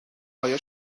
آیا